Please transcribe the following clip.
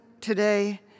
today